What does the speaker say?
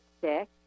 sick